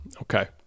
Okay